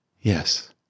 yes